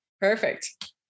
Perfect